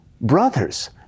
brothers